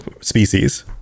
species